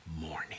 morning